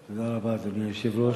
תודה רבה, אדוני היושב-ראש.